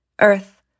Earth